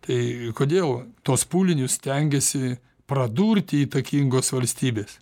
tai kodėl tuos pūlinius stengiasi pradurti įtakingos valstybės